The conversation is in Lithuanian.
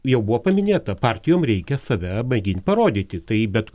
jau buvo paminėta partijom reikia save mėgint parodyti tai bet